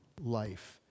life